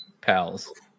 pals